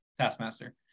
Taskmaster